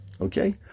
okay